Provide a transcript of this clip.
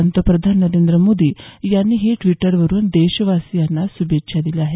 पंतप्रधान नरेंद्र मोदी यांनीही ट्विटरवरुन देशवासीयांना शुभेच्छा दिल्या आहेत